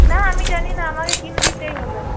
না আমি জানি না আমাকে কিনে দিতেই হবে